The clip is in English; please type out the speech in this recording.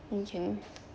you can